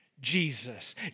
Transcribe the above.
Jesus